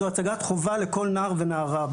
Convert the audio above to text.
זאת הצגת חובה לכל נער ונערה.